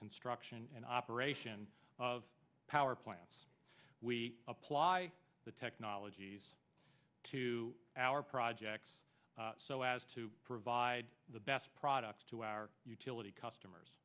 construction and operation of power plants we apply the technologies to our projects so as to provide the best products to our utility customers